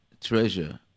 treasure